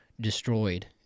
destroyed